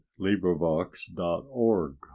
LibriVox.org